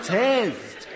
test